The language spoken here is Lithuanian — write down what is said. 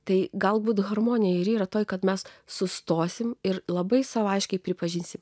tai galbūt harmonija ir yra toje kad mes sustosime ir labai sau aiškiai pripažinsiu